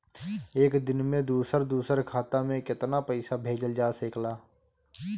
एक दिन में दूसर दूसर खाता में केतना पईसा भेजल जा सेकला?